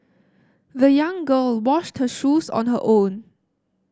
the young girl washed her shoes on her own